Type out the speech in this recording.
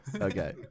Okay